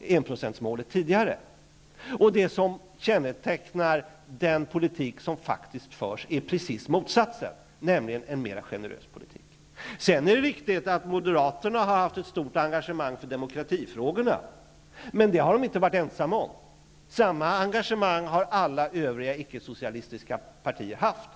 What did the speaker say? enprocentsmålet. Det som kännetecknar den politik som nu faktiskt förs är raka motsatsen -- det är en mer generös politik. Sedan är det riktigt att moderaterna har haft ett stort engagemang för demokratifrågorna, men det har de inte varit ensamma om. Samma engagemang har alla övriga icke-socialistiska partier haft.